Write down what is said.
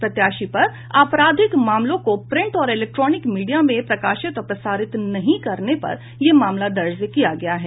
प्रत्याशी पर आपराधिक मामलों को प्रिंट और इलेक्ट्रोनिक मीडिया में प्रकाशित और प्रसारित नहीं करने पर यह मामला दर्ज किया गया है